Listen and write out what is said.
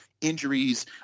injuries